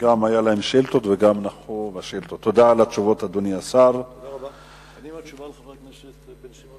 דניאל בן-סימון